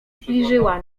zbliżyła